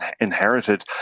inherited